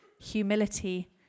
humility